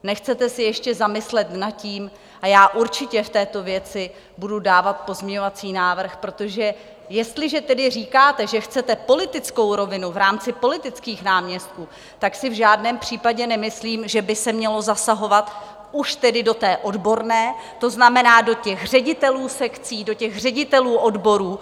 Nechcete se ještě zamyslet nad tím a já určitě v této věci budu dávat pozměňovací návrh protože jestliže tedy říkáte, že chcete politickou rovinu v rámci politických náměstků, tak si v žádném případě nemyslím, že by se mělo zasahovat už do té odborné, to znamená do ředitelů sekcí, do ředitelů odborů.